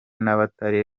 n’abatari